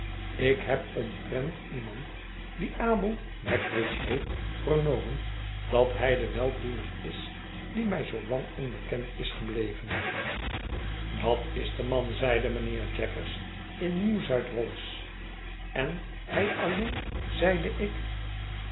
ik heb omtrent iemand die abel magwitch heet vernomen dat hij de weldoener is die mij zoo lang onbekend is gebleven dat is de man zeide mijnheer jaggers in nieuw zuid wallis en hij alleen zeide ik